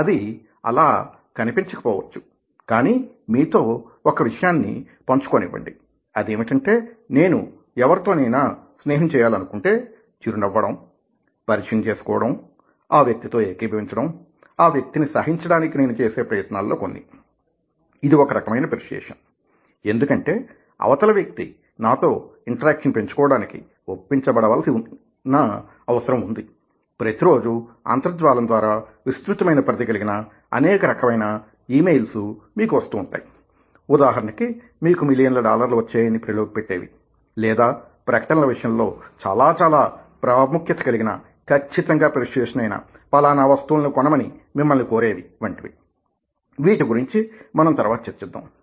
అది అది అలా కనిపించకపోవచ్చు కానీ మీతో ఒక విషయాన్ని పంచుకోనివ్వండి అదేమిటంటే నేను ఎవరితోనైనా స్నేహం చేయాలనుకుంటే చిరు నవ్వడం పరిచయం చేసుకోవడం ఆ వ్యక్తి తో ఏకీభవించడం ఆ వ్యక్తిని సహించడానికి నేను చేసే ప్రయత్నాలలో కొన్ని ఇది ఒక రకమైన పెర్సుయేసన్ ఎందుకంటే అవతల వ్యక్తి నాతో ఇంటరాక్షన్ పెంచుకోవడానికి ఒప్పించబడవలసిన అవసరం ఉంది ప్రతిరోజు అంతర్జాలం ద్వారా విస్తృతమైన పరిధి కలిగిన అనేక రకాలైన ఈ మెయిల్స్ మీకు వస్తూ ఉంటాయి ఉదాహరణకి మీకు మిలియన్ల డాలర్లు వచ్చాయని ప్రలోభపెట్టేవి లేదా ప్రకటనల విషయంలో చాలా చాలా ప్రాముఖ్యత కలిగిన ఖచ్చితంగా పెర్సుయేసన్ అయిన పలానా వస్తువులు కొనమని మిమ్మల్ని కోరేవి వంటివి వీటి గురించి మనం తర్వాత చర్చిద్దాం